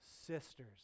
sisters